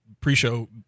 pre-show